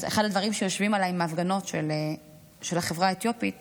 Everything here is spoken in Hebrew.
אז אחד הדברים שיושבים עליי מההפגנות של החברה האתיופית